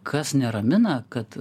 kas neramina kad